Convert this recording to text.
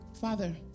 Father